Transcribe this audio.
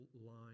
line